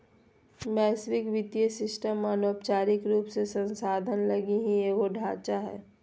वैश्विक वित्तीय सिस्टम अनौपचारिक रूप से संस्थान लगी ही एगो ढांचा हय